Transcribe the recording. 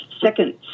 second